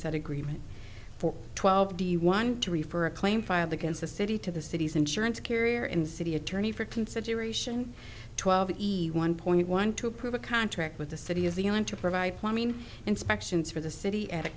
said agreement for twelve do you want to refer a claim filed against the city to the city's insurance carrier and city attorney for consideration twelve easy one point one to approve a contract with the city of the island to provide plumbing inspections for the city at a